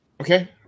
Okay